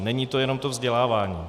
Není to jenom to vzdělávání.